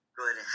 good